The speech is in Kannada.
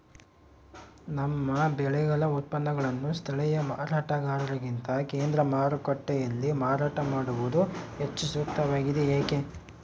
ನಮ್ಮ ಬೆಳೆಗಳ ಉತ್ಪನ್ನಗಳನ್ನು ಸ್ಥಳೇಯ ಮಾರಾಟಗಾರರಿಗಿಂತ ಕೇಂದ್ರ ಮಾರುಕಟ್ಟೆಯಲ್ಲಿ ಮಾರಾಟ ಮಾಡುವುದು ಹೆಚ್ಚು ಸೂಕ್ತವಾಗಿದೆ, ಏಕೆ?